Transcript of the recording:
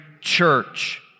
church